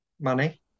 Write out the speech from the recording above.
money